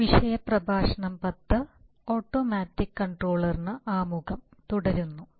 സൂചക പദം വ്യതിക്രമം integrator controller step response integrator നിയന്ത്രണം സ്ഥിരത ഉയരുന്ന സമയം